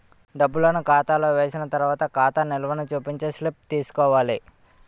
డబ్బులను ఖాతాలో వేసిన తర్వాత ఖాతా నిల్వని చూపించే స్లిప్ తీసుకోవాలి